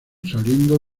saliendo